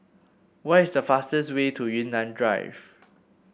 what is the fastest way to Yunnan Drive